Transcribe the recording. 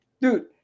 Dude